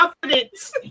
confidence